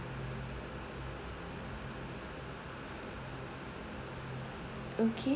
okay